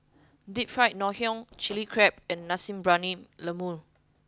deep fried Ngoh Hiang chili crab and nasi briyani lembu